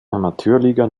amateurliga